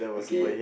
okay